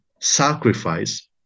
sacrifice